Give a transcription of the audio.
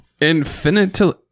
Infinitely